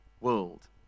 world